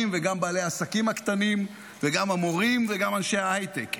וגם בעלי העסקים הקטנים וגם המורים וגם אנשי ההייטק.